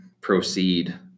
proceed